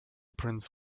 prince